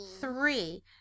Three